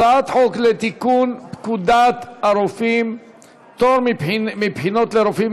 הצעת חוק לתיקון פקודת הרופאים (פטור מבחינות לרופאים